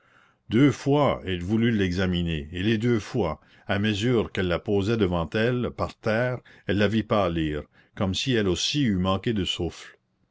deux fois elle voulut l'examiner et les deux fois à mesure qu'elle la posait devant elle par terre elle la vit pâlir comme si elle aussi eût manqué de souffle